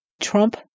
Trump